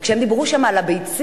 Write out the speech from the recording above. וכשהם דיברו שם על הביצים,